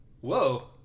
Whoa